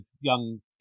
young